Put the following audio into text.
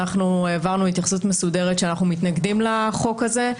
אנחנו העברנו התייחסות מסודרת שאנחנו מתנגדים לחוק הזה.